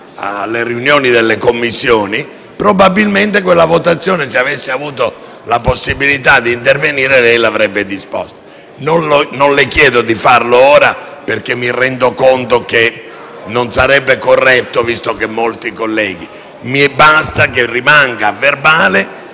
alle riunioni delle Commissioni, probabilmente quella votazione, se avessi avuto la possibilità di intervenire, lei l'avrebbe disposta. Non le chiedo di farlo ora, perché mi rendo conto che non sarebbe corretto, visto che molti colleghi hanno già lasciato